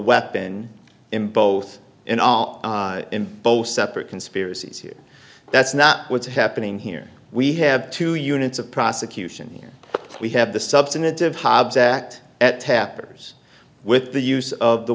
weapon in both in our in both separate conspiracies here that's not what's happening here we have two units of prosecution here we have the substantive hobbs act at tapper's with the use of the